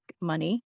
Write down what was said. money